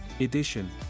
Edition